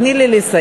תני לי לסיים.